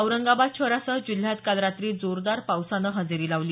औरंगाबाद शहरासह जिल्ह्यात काल रात्री जोरदार पावसानं हजेरी लावली